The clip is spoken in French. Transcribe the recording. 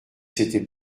c’était